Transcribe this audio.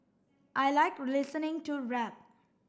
I like listening to rap